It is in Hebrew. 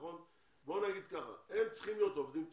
בוא נגיד ככה, הם צריכים להיות עובדים טובים,